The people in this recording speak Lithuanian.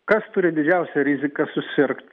kas turi didžiausią riziką susirgt